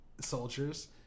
soldiers